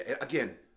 Again